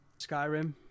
Skyrim